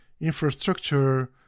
infrastructure